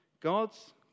God's